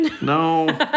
No